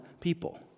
people